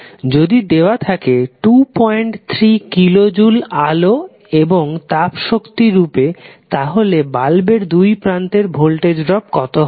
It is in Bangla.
যদি দেওয়া থাকে 23 কিলো জুল আলো এবং তাপশক্তি রূপে তাহলে বাল্বের দুই প্রান্তে ভোল্টেজ ড্রপ কত হবে